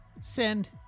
send